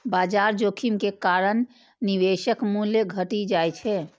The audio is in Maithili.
बाजार जोखिम के कारण निवेशक मूल्य घटि जाइ छै